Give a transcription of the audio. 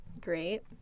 Great